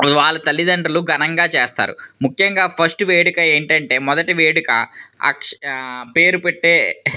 వాళ్ళ తల్లిదండ్రులు ఘనంగా చేస్తారు ముఖ్యంగా ఫస్ట్ వేడుక ఏంటంటే మొదటి వేడుక అక్ష పేరు పెట్టే